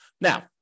Now